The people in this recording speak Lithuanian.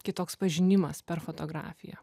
kitoks pažinimas per fotografiją